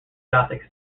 gothic